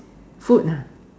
food lah